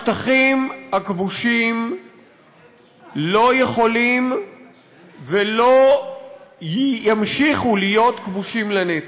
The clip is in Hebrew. השטחים הכבושים לא יכולים ולא ימשיכו להיות כבושים לנצח.